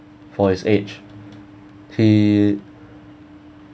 for his age he